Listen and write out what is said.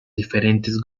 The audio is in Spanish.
diferentes